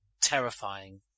terrifying